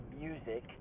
Music